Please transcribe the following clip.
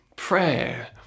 prayer